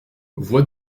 voix